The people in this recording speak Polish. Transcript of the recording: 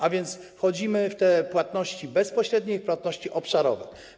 A więc wchodzimy w te płatności bezpośrednie i płatności obszarowe.